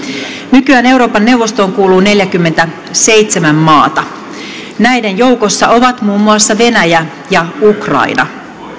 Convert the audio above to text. nykyään euroopan neuvostoon kuuluu neljäkymmentäseitsemän maata näiden joukossa ovat muun muassa venäjä ja ukraina